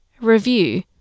review